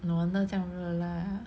no wonder 这样热 lah